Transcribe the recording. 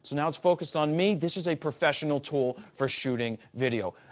now it's focused on me. this is a professional tool for shooting video.